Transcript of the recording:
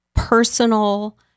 personal